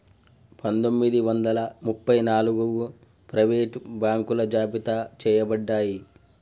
పందొమ్మిది వందల ముప్ప నాలుగగు ప్రైవేట్ బాంకులు జాబితా చెయ్యబడ్డాయి